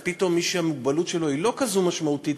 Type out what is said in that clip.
פתאום מי שהמוגבלות שלו היא לא כזאת משמעותית,